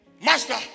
Master